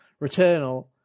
Returnal